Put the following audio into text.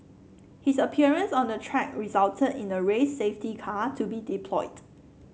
his appearance on the track resulted in the race safety car to be deployed